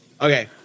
Okay